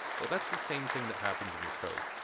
well, that's the same thing that happens in your code.